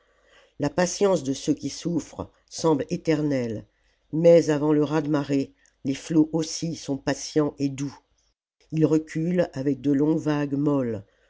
la patience de ceux qui souffrent semble éternelle mais avant le raz marée les flots aussi sont patients et doux ils reculent avec de longues vagues molles